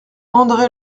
andré